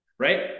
right